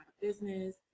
business